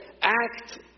act